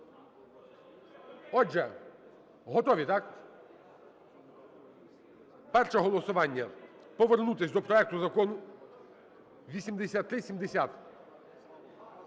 Отже, готові, так? Перше голосування – повернутися до проекту Закону 8370.